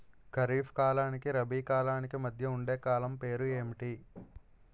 ఖరిఫ్ కాలానికి రబీ కాలానికి మధ్య ఉండే కాలం పేరు ఏమిటి?